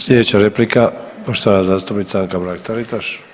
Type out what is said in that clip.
Slijedeća replika poštovana zastupnica Anka Mrak-Taritaš.